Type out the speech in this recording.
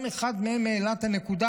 אחד מהם גם העלה את הנקודה: